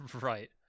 Right